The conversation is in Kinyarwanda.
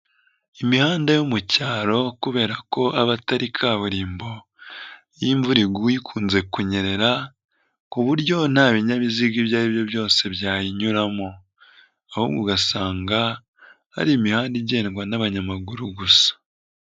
Imihanda yo mu cyaro kubera ko aba atari kaburimbo, iyo imvura iguye ikunze kunyerera ku buryo nta binyabiziga ibyo ari byo byose byanyinyuramo ahubwo ugasanga ari imihanda igendwa n'abanyamaguru gusa.